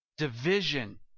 division